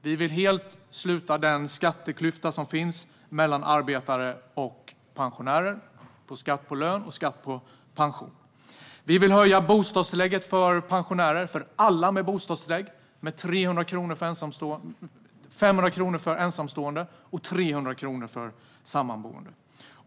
Vi vill helt sluta den skatteklyfta som finns mellan arbetare och pensionärer när det gäller skatt på lön och skatt på pension. Vi vill höja bostadstillägget för alla pensionärer som får detta tillägg med 500 kronor för ensamstående och 300 kronor för sammanboende.